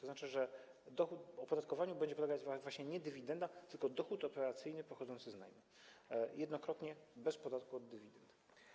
Oznacza to, że opodatkowaniu będzie podlegała właśnie nie dywidenda, tylko dochód operacyjny pochodzący z najmu - jednokrotnie, bez podatku od dywidend.